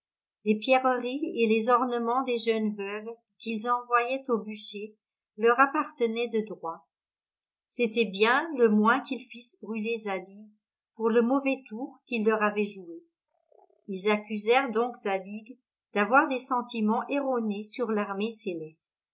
les pierreries et les ornements des jeunes veuves qu'ils envoyaient au bûcher leur appartenaient de droit c'était bien le moins qu'ils fissent brûler zadig pour le mauvais tour qu'il leur avait joué ils accusèrent donc zadig d'avoir des sentiments erronés sur l'armée